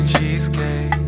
Cheesecake